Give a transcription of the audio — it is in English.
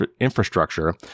infrastructure